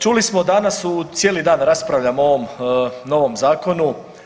Čuli smo danas u cijeli dan raspravljamo o ovom novom zakonu.